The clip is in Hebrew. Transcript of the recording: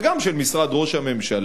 וגם של משרד ראש הממשלה,